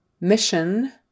mission